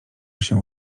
się